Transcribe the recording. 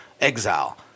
exile